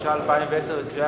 הצעת החוק עברה בקריאה ראשונה,